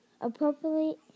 appropriately